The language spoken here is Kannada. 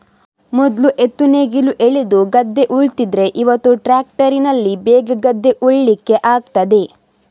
ಮೊದ್ಲು ಎತ್ತು ನೇಗಿಲು ಎಳೆದು ಗದ್ದೆ ಉಳ್ತಿದ್ರೆ ಇವತ್ತು ಟ್ರ್ಯಾಕ್ಟರಿನಲ್ಲಿ ಬೇಗ ಗದ್ದೆ ಉಳ್ಳಿಕ್ಕೆ ಆಗ್ತದೆ